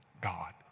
God